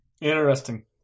Interesting